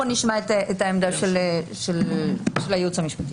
בואו נשמע את העמדה של הייעוץ המשפטי.